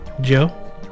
Joe